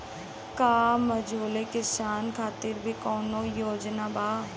का मझोले किसान खातिर भी कौनो योजना बा?